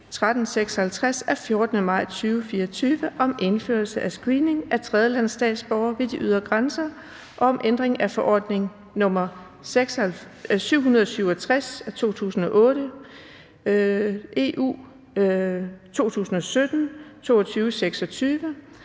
2024/1356 af 14. maj 2024 om indførelse af screening af tredjelandsstatsborgere ved de ydre grænser og om ændring af forordning (EF) nr. 767/2008, (EU) 2017/2226,